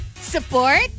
support